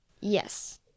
Yes